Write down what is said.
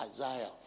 Isaiah